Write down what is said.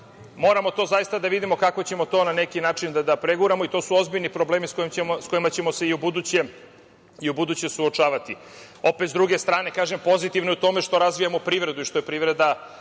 moramo to zaista da vidimo kako ćemo na neki način da preguramo. To su ozbiljni problemi sa kojima ćemo se i ubuduće suočavati. Opet, s druge strane, pozitivno je u tome što razvijamo privredu i što je privreda